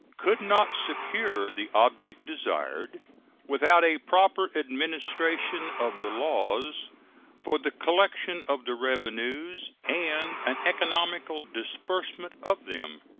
could not secure the object desired without a proper administration of the laws for the collection of the revenues and an economical disbursement of them.